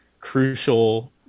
crucial